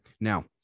now